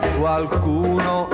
qualcuno